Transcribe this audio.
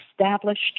established